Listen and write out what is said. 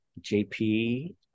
JP